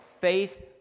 faith